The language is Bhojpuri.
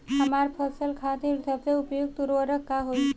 हमार फसल खातिर सबसे उपयुक्त उर्वरक का होई?